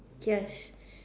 yes